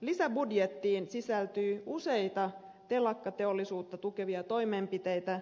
lisäbudjettiin sisältyy useita telakkateollisuutta tukevia toimenpiteitä